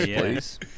please